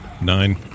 Nine